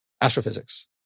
Astrophysics